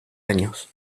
años